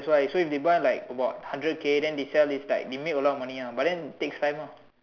that's why so if they buy like about hundred K then they sell is like they make a lot of money ah but then takes time ah